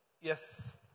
Yes